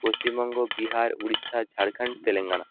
Paschimbanga Bihar Orissa Jharkhand Telangana